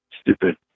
stupid